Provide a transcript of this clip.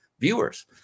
viewers